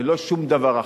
ולא שום דבר אחר.